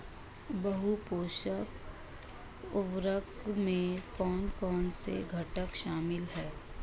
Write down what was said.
बहु पोषक उर्वरक में कौन कौन से घटक शामिल हैं?